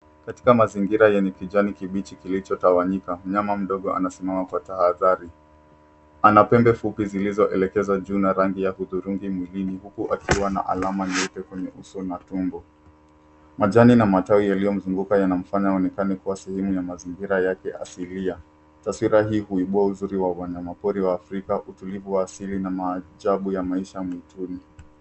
Katika mazingira yenye kijani kibichi kilicho tawanyika, mnyama mdogo anasimama kwa tahadhari. Ana pembe fupi zilizoelekezwa juu na rangi ya hudhurungi mwilini huku akiwa na alama nyeupe kwenye uso na tumbo. Majani na matawi yaliyomzunguka yanamfanya aonekane kuwa sehemu ya mazingira yake asilia. Taswira hii huibua uzuri wa wanyama pori wa Afrika, utulivu wa asili na maajabu ya maisha mwituni.